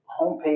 homepage